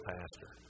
Pastor